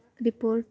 report